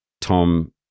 Tom